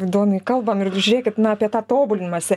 įdomiai kalbam ir žiūrėkit na apie tą tobulinimąsi